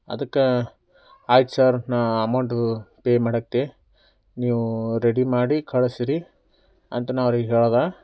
ಅದಕ್ಕೆ ಆಯ್ತು ಸರ್ ನಾ ಅಮೌಂಟು ಪೇ ಮಾಡಾಕ್ತೆ ನೀವು ರೆಡಿ ಮಾಡಿ ಕಳಿಸ್ರಿ ಅಂತ ನಾ ಅವ್ರಿಗೆ ಹೇಳ್ದೆ